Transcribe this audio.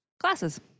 Glasses